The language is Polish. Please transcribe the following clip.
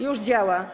Już działa.